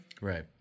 right